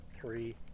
Three